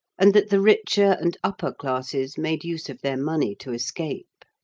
and that the richer and upper classes made use of their money to escape.